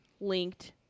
linked